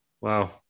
Wow